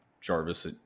Jarvis